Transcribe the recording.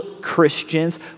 Christians